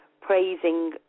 praising